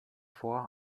vor